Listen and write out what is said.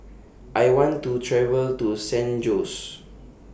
I want to travel to San Jose